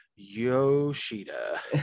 yoshida